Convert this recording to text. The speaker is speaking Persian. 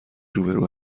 روبرو